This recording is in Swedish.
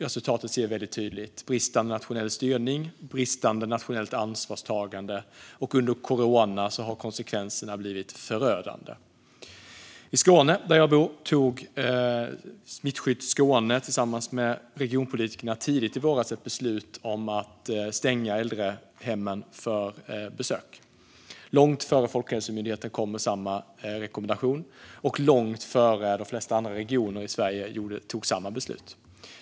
Resultatet ser vi väldigt tydligt: bristande nationell styrning och bristande nationellt ansvarstagande. Under coronan har konsekvenserna blivit förödande. I Skåne, där jag bor, tog Smittskydd Skåne tillsammans med regionpolitikerna tidigt i våras ett beslut om att stänga äldrehemmen för besök, långt innan Folkhälsomyndigheten kom med samma rekommendation och långt innan de flesta andra regioner i Sverige tog samma beslut.